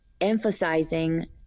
emphasizing